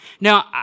Now